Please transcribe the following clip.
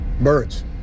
Birds